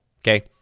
Okay